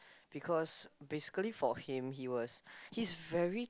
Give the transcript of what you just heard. because basically for him he was he's very